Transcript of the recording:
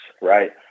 right